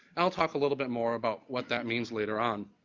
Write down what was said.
i'll talk a little bit more about what that means later on.